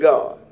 God